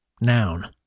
Noun